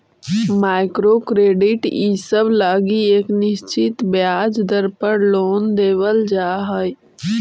micro credit इसब लगी एक निश्चित ब्याज दर पर लोन देवल जा हई